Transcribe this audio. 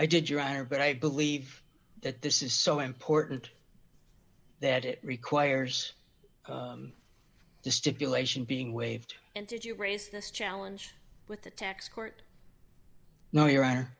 i did your honor but i believe that this is so important that it requires the stipulation being waived and did you raise this challenge with the tax court no your honor